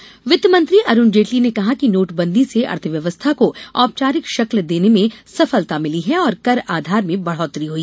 जेटली वित्तमंत्री अरूण जेटली ने कहा है कि नोटबंदी से अर्थव्यवस्था को औपचारिक शक्ल देने में सफलता मिली है और कर आधार में बढ़ोतरी हुई